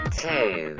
two